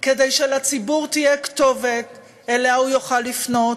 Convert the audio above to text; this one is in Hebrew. כדי שלציבור תהיה כתובת שאליה הוא יוכל לפנות,